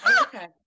okay